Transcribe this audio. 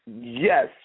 Yes